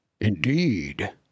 indeed